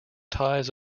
ties